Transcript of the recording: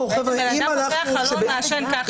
הנראות, שאדם פותח חלון, מעשן ככה.